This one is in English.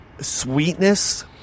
sweetness